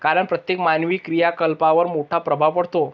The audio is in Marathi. कारण प्रत्येक मानवी क्रियाकलापांवर मोठा प्रभाव पडतो